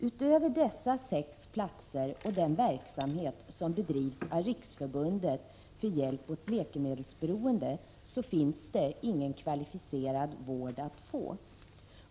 Utöver dessa sex vårdplatser och den verksamhet som bedrivs av Riksförbundet för hjälp åt läkemedelsberoende finns det ingen kvalificerad vård att få.